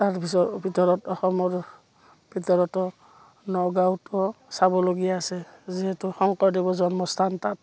তাৰ পিছত ভিতৰত অসমৰ ভিতৰতো নগাঁৱতো চাবলগীয়া আছে যিহেতু শংকৰদেৱৰ জন্মস্থান তাত